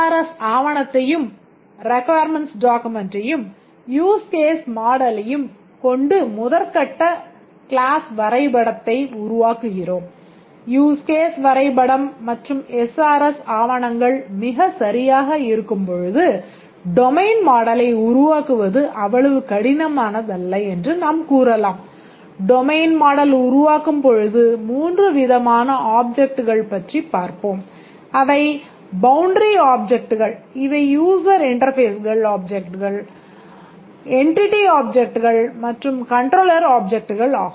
SRS ஆவணத்தையும் ஆகும்